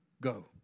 go